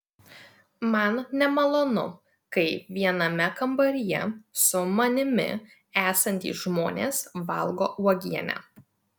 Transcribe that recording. man nemalonu kai viename kambaryje su manimi esantys žmonės valgo uogienę